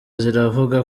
ziravuga